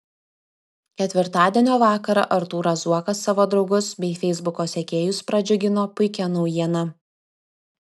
ketvirtadienio vakarą artūras zuokas savo draugus bei feisbuko sekėjus pradžiugino puikia naujiena